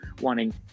wanting